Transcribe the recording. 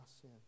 sin